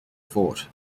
fort